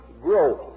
growth